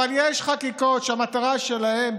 אבל יש חקיקות שהמטרה שלהן,